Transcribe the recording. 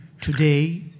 today